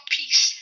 peace